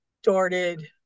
started